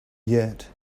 yet